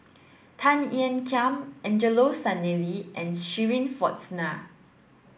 Tan Ean Kiam Angelo Sanelli and Shirin Fozdar